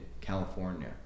California